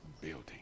building